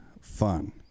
fun